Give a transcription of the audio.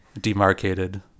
demarcated